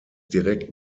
direkt